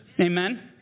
Amen